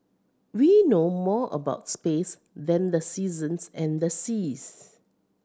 we know more about space than the seasons and the seas